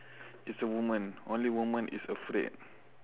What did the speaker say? it's a woman only woman is afraid